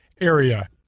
Area